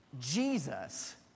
Jesus